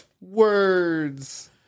Words